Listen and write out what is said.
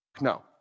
No